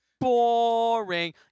Boring